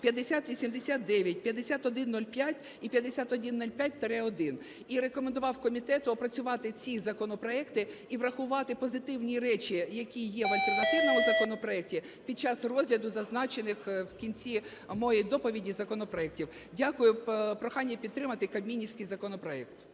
5089, 5105 і 5105-1 і рекомендував комітету опрацювати ці законопроекти, і врахувати позитивні речі, які є в альтернативному законопроекті, під час розгляду зазначених в кінці моєї доповіді законопроектів. Дякую. Прохання підтримати кабмінівський законопроект.